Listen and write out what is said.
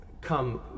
Come